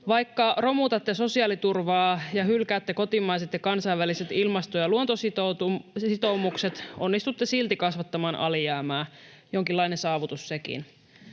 Vaikka romutatte sosiaaliturvaa ja hylkäätte kotimaiset ja kansainväliset ilmasto- ja luontositoumukset, onnistutte silti kasvattamaan alijäämää — jonkinlainen saavutus sekin.